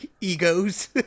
egos